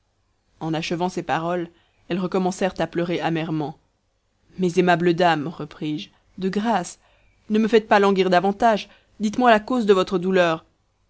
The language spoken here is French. en achevant ces paroles elles recommencèrent à pleurer amèrement mes aimables dames reprisje de grâce ne me faites pas languir davantage dites-moi la cause de votre douleur